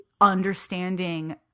understanding